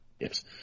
Yes